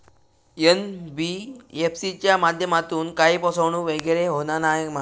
NBFC च्या माध्यमातून काही फसवणूक वगैरे होना नाय मा?